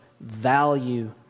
value